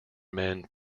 men